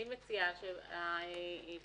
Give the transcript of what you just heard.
אני מציעה שהפורום